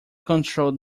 controlled